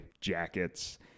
jackets